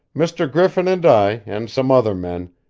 mr. griffin and i, and some other men,